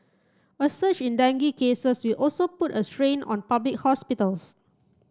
a surge in dengue cases will also put a strain on public hospitals